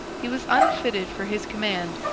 he was unfitted for his command,